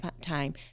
time